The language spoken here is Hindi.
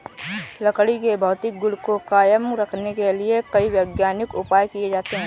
लकड़ी के भौतिक गुण को कायम रखने के लिए कई वैज्ञानिक उपाय किये जाते हैं